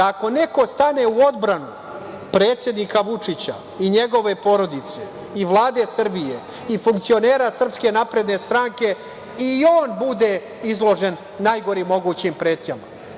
da, ako neko stane u odbranu predsednika Vučića i njegove porodice i Vlade Srbije i funkcionera SNS, i on bude izložen najgorim mogućim pretnjama,